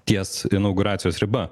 ties inauguracijos riba